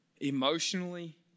emotionally